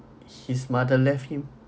his mother left him